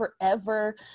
forever